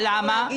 למה?